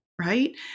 right